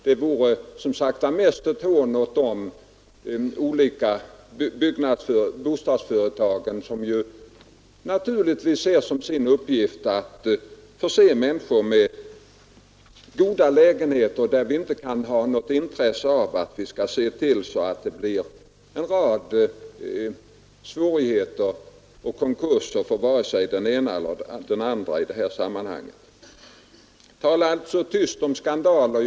Det vore mest ett hån mot de ansvariga i de olika bostadsföretagen, som naturligtvis ser som sin uppgift att förse människor med goda lägenheter på sunda villkor. Och vi kan inte ha något intresse av att vålla svårigheter och konkurser för vare sig den ena eller den andra i det här sammanhanget. Tala alltså tyst om skandaler!